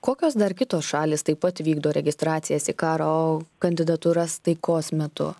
kokios dar kitos šalys taip pat vykdo registracijas į karo kandidatūras taikos metu